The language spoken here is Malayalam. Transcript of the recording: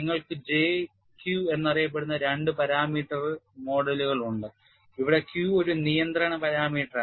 നിങ്ങൾക്ക് J Q എന്നറിയപ്പെടുന്ന രണ്ട് പാരാമീറ്റർ മോഡലുകൾ ഉണ്ട് അവിടെ Q ഒരു നിയന്ത്രണ പാരാമീറ്ററാണ്